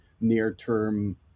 near-term